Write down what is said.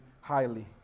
highly